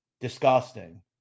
disgusting